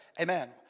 amen